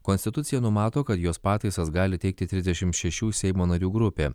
konstitucija numato kad jos pataisas gali teikti trisdešimt šešių seimo narių grupė